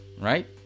right